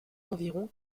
environ